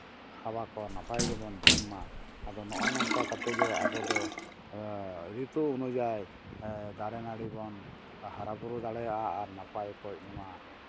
ᱦᱟᱣᱟ ᱠᱚ ᱱᱟᱯᱟᱭ ᱜᱮᱵᱚᱱ ᱡᱚᱢ ᱢᱟ ᱟᱫᱚ ᱱᱚᱜᱼᱚ ᱱᱚᱝᱠᱟ ᱠᱟᱛᱮᱫ ᱜᱮ ᱟᱵᱚᱫᱚ ᱨᱤᱛᱩ ᱚᱱᱩᱡᱟᱭᱤ ᱫᱟᱨᱮᱼᱱᱟᱹᱲᱤ ᱵᱚᱱ ᱦᱟᱨᱟᱼᱵᱩᱨᱩ ᱫᱟᱲᱮᱭᱟᱜᱼᱟ ᱟᱨ ᱱᱟᱯᱟᱭ ᱚᱠᱚᱡ ᱱᱚᱣᱟ